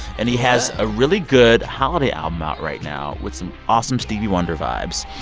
and he has a really good holiday album out right now with some awesome stevie wonder vibes.